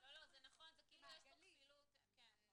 אתן לאדם פרטי לגשת לגנים ולהשיג צילומים.